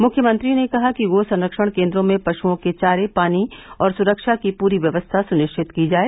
मुख्यमंत्री ने कहा कि गो संरक्षण केन्द्रों में पशुओं के चारे पानी और सुरक्षा की पूरी व्यवस्था सुनिश्चित की जाए